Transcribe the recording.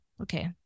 okay